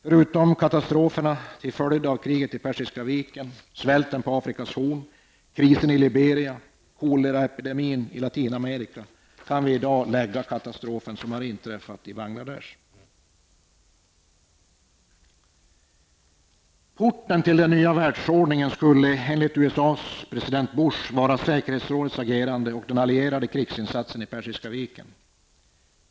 Förutom katastroferna till följd av kriget i Persiska viken, svälten på Afrikas horn, krisen i Liberia, koleraepidemin i Latinamerika kan vi i dag nämna katastrofen i Bangladesh. USAs president Bush vara säkerhetsrådets agerande och de allierades krigsinsats i Persiska viken.